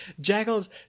Jackals